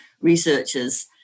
researchers